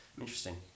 Interesting